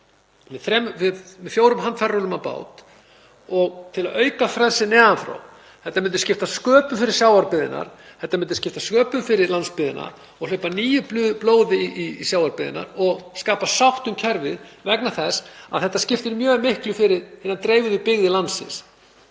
með fjórum handfærarúllum á bát til að auka frelsið neðan frá. Þetta myndi skipta sköpum fyrir sjávarbyggðirnar. Þetta myndi skipta sköpum fyrir landsbyggðina og hleypa nýju blóði í sjávarbyggðirnar og skapa sátt um kerfið vegna þess að það skiptir mjög miklu fyrir hinar dreifðu byggðir landsins